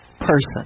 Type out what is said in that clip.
person